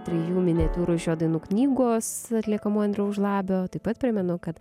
trijų miniatiūrų iš jo dainų knygos atliekamų andriaus žlabio taip pat primenu kad